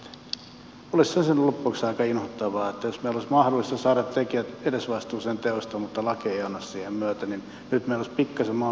olisihan se loppujen lopuksi aika inhottavaa jos meillä olisi mahdollista saada tekijät edesvastuuseen teoistaan mutta laki ei anna siihen myötä ja nyt meillä olisi pikkasen mahdollisuus paikata tätä asiaa